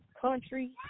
country